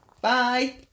Bye